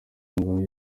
ngo